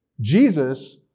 Jesus